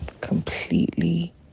completely